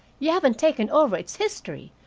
you haven't taken over its history,